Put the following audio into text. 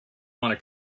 want